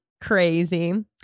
Crazy